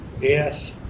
Yes